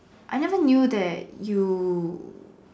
I never knew that you